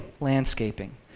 landscaping